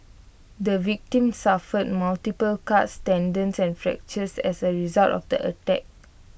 the victim suffered multiple cut tendons and fractures as A result of the attack